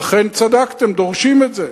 אכן צדקתם, דורשים את זה.